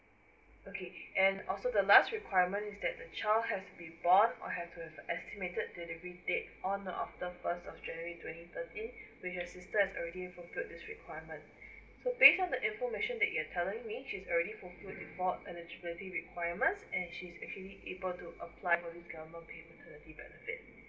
okay and also the last requirement is that the child has to be born or have to have estimated delivery date on or after first of january twenty thirteen which your sister has already fulfilled this requirement so based on the information that you're telling me she's already fulfilled eligibility requirements and she's actually able to apply for this government paid maternity benefit